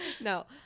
No